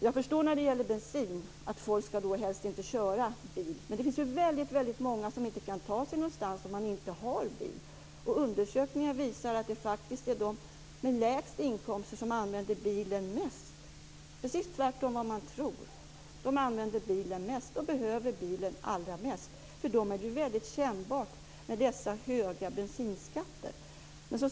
Jag förstår att folk helst inte ska köra bil, men det finns väldigt många som inte kan ta sig någonstans om man inte har bil. Undersökningar visar att det faktiskt är de med lägst inkomst som använder bilen mest. Det är precis tvärtemot vad man tror. De använder bilen mest och behöver bilen allra bäst. Dessa höga bensinskatter är väldigt kännbara för dem. Herr talman!